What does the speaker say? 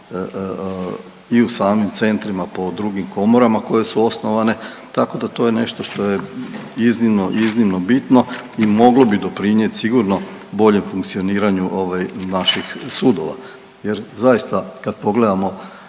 i u samim centrima po drugim komorama koje su osnovane tako da to je nešto što je iznimno, iznimno bitno i moglo bi doprinijet sigurno boljem funkcioniranju naših sudova jer zaista kad pogledamo